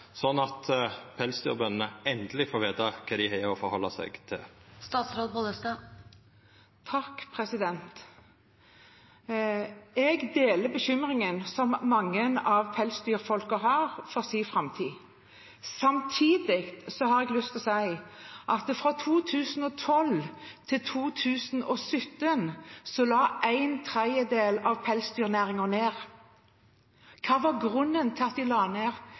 at pelsdyrbøndene endeleg får vita kva dei har å retta seg etter? Jeg deler bekymringen som mange av pelsdyrbøndene har for sin framtid. Samtidig har jeg lyst til å si at fra 2012 til 2017 la en tredjedel av pelsdyrnæringen ned. Hva var grunnen til at de la ned?